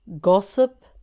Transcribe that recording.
gossip